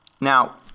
Now